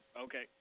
Okay